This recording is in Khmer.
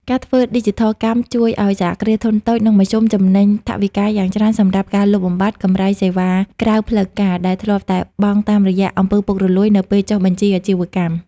ការធ្វើឌីជីថលកម្មជួយឱ្យ សហគ្រាសធុនតូច និងមធ្យម ចំណេញថវិកាយ៉ាងច្រើនតាមរយៈការលុបបំបាត់ "កម្រៃសេវាក្រៅផ្លូវការ" ដែលធ្លាប់តែបង់តាមរយៈ អំពើពុករលួយ នៅពេលចុះបញ្ជីអាជីវកម្ម។